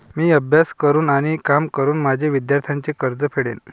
मी अभ्यास करून आणि काम करून माझे विद्यार्थ्यांचे कर्ज फेडेन